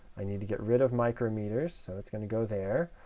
i need to get rid of micrometers, so it's going to go there.